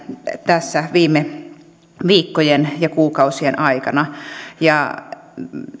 tässä viime viikkojen ja kuukausien aikana ja